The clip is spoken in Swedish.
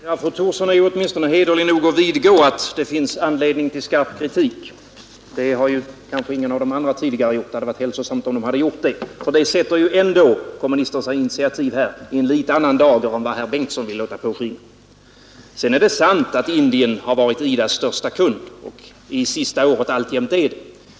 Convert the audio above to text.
Herr talman! Fru Thorsson är åtminstone hederlig nog att vidgå att det finns anledning till skarp kritik. Det har kanske ingen av de tidigare talarna gjort — det hade varit hälsosamt om de gjort det, för det sätter ju ändå kommunisternas initiativ här i en litet annan dager än vad herr förste vice talmannen Bengtson vill låta påskina. Sedan är det sant att Indien har varit IDA:s största kund och under det senaste året alltjämt är det.